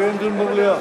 או לקיים דיון במליאה.